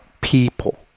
people